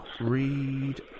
Read